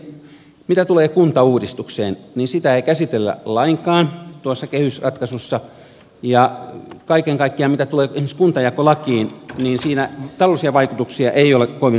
ensinnäkin mitä tulee kuntauudistukseen niin sitä ei käsitellä lainkaan tuossa kehysratkaisussa ja kaiken kaikkiaan mitä tulee esimerkiksi kuntajakolakiin niin siinä taloudellisia vaikutuksia ei ole kovinkaan huolellisesti arvioitu